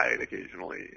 occasionally